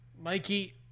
Mikey